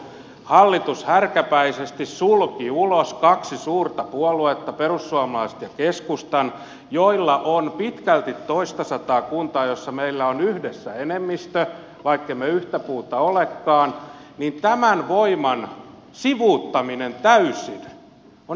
hallitus härkäpäisesti sulki ulos kaksi suurta puoluetta perussuomalaiset ja keskustan joilla on pitkälti toistasataa kuntaa joissa meillä on yhdessä enemmistö vaikkemme yhtä puuta olekaan ja tämän voiman sivuuttaminen täysin on edesvastuutonta